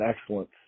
excellence